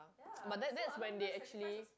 but that that when be actually